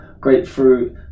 grapefruit